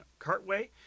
Cartway